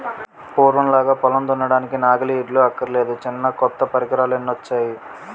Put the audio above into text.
పూర్వంలాగా పొలం దున్నడానికి నాగలి, ఎడ్లు అక్కర్లేదురా చిన్నా కొత్త పరికరాలెన్నొచ్చేయో